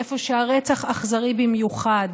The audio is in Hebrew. איפה שהרצח אכזרי במיוחד